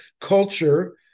culture